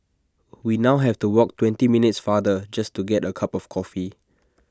we now have to walk twenty minutes farther just to get A cup of coffee